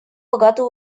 богатый